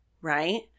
right